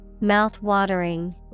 Mouth-watering